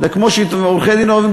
כמו שעורכי-דין אוהבים,